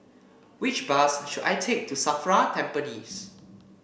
which bus should I take to Safra Tampines